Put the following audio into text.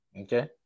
okay